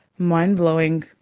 mind-blowing.